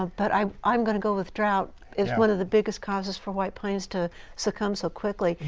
but i am going to go with drought is one of the biggest causes for white pines to succumb so quickly.